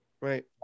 Right